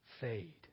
fade